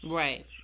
right